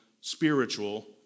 spiritual